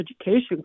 education